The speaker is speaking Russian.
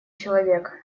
человек